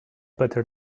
better